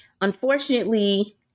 Unfortunately